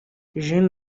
jeune